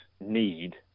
need